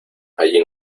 allí